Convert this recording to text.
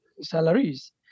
Salaries